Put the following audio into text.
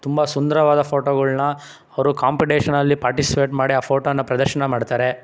ತುಂಬ ಸುಂದರವಾದ ಫೋಟೋಗಳ್ನ ಅವರು ಕಾಂಪಿಟೀಷನಲ್ಲಿ ಪಾರ್ಟಿಸಿಪೇಟ್ ಮಾಡಿ ಆ ಫೋಟೋನ ಪ್ರದರ್ಶನ ಮಾಡ್ತಾರೆ